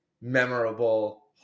memorable